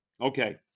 Okay